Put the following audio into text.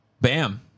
Bam